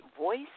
voice